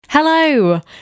Hello